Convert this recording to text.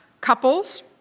couples